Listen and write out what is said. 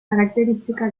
característica